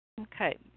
Okay